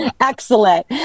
excellent